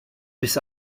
bis